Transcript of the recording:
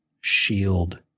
shield